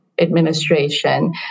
administration